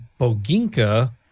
boginka